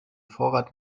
vorrat